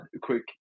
quick